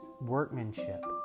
workmanship